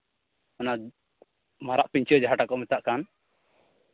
ᱚᱱᱟ ᱢᱟᱨᱟᱜ ᱯᱤᱧᱪᱟᱹᱨ ᱡᱟᱦᱟᱸᱴᱟᱜ ᱠᱚ ᱢᱮᱛᱟᱜ ᱠᱟᱱ